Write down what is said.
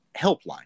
helpline